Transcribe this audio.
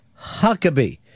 Huckabee